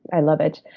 i love it,